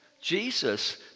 Jesus